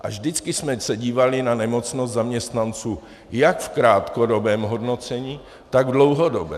A vždycky jsme se dívali na nemocnost zaměstnanců, jak v krátkodobém hodnocení, tak v dlouhodobém.